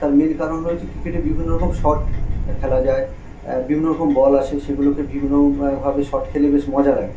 তার মেন কারণ হচ্ছে ক্রিকেটে বিভিন্ন রকম শট খেলা যায় বিভিন্ন রকম বল আসে সেগুলোকে বিভিন্ন ভাবে শট খেলে বেশ মজা লাগে